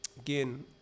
again